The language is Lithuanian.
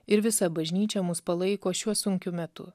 ir visa bažnyčia mus palaiko šiuo sunkiu metu